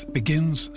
begins